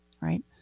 right